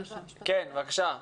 כן, בבקשה.